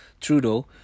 Trudeau